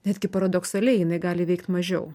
netgi paradoksaliai jinai gali veikt mažiau